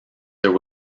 there